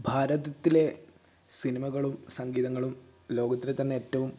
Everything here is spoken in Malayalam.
ഭാരതത്തിലെ സിനിമകളും സംഗീതങ്ങളും ലോകത്തിലെ തന്നെ ഏറ്റവും